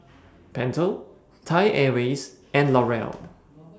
Pentel Thai Airways and L'Oreal